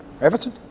Everton